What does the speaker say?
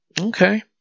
okay